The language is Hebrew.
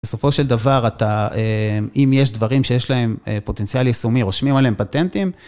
בסופו של דבר אתה, אם יש דברים שיש להם פוטנציאל יישומי, רושמים עליהם פטנטים.